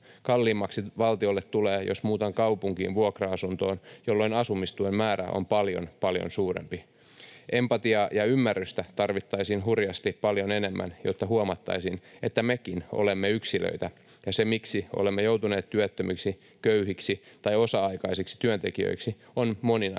Kalliimmaksi valtiolle tulee, jos muutan kaupunkiin vuokra-asuntoon, jolloin asumistuen määrä on paljon, paljon suurempi. Empatiaa ja ymmärrystä tarvittaisiin hurjasti paljon enemmän, jotta huomattaisiin, että mekin olemme yksilöitä ja syyt siihen, miksi olemme joutuneet työttömiksi, köyhiksi tai osa-aikaisiksi työntekijöiksi, ovat moninaiset.